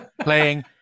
playing